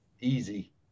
easy